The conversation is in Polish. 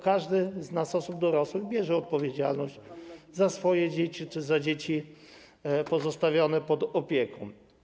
Każdy z nas, osób dorosłych, bierze odpowiedzialność za swoje dzieci czy za dzieci pozostawione pod opieką.